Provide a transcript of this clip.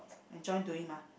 enjoy doing mah